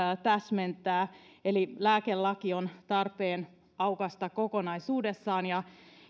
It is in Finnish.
täsmentää eli lääkelaki on tarpeen aukaista kokonaisuudessaan ja